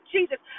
Jesus